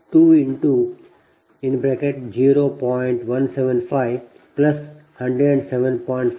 ಆದ್ದರಿಂದ 8